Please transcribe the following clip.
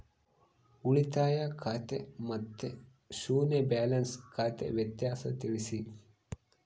ಉಳಿತಾಯ ಖಾತೆ ಮತ್ತೆ ಶೂನ್ಯ ಬ್ಯಾಲೆನ್ಸ್ ಖಾತೆ ವ್ಯತ್ಯಾಸ ತಿಳಿಸಿ?